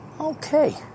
Okay